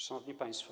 Szanowni Państwo!